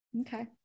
okay